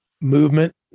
movement